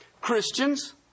Christians